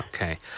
Okay